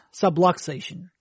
subluxation